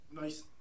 nice